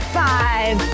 five